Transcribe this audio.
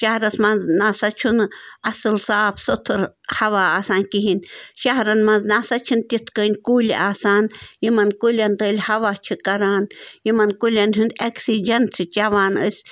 شَہرَس منٛز نہ سا چھُنہٕ اَصٕل صاف سُتھٕر ہوا آسان کِہیٖنۍ شَہرَن منٛز نہ سا چھِنہٕ تِتھ کٔنۍ کُلۍ آسان یِمَن کُلٮ۪ن تٔلۍ ہوا چھِ کَران یِمَن کُلٮ۪ن ہُنٛد اٮ۪کسیٖجَن چھِ چٮ۪وان أسۍ